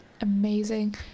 Amazing